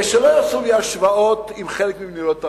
ושלא יעשו לי השוואות עם חלק ממדינות העולם.